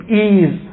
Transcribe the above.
ease